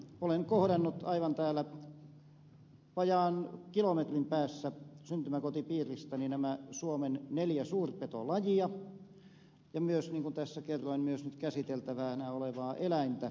olen kohdannut aivan vajaan kilometrin päässä syntymäkotipiiristäni nämä suomen neljä suurpetolajia ja myös niin kuin tässä kerroin käsiteltävänä olevan eläimen luonnossa